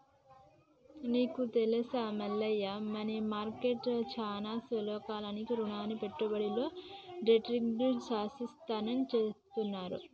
నీకు తెలుసా Mallayya money market చానా స్వల్పకాలిక రుణ పెట్టుబడులలో ట్రేడింగ్ను శాసిస్తుందని చెబుతారు